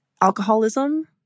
alcoholism